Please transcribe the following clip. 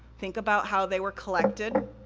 think about how they were collected,